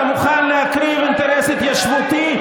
אתה מוכן להקריב אינטרס התיישבותי,